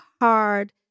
hard